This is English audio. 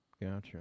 Gotcha